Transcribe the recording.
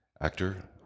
actor